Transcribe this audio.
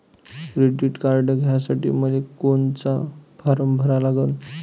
Credit card घ्यासाठी मले कोनचा फारम भरा लागन?